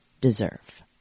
deserve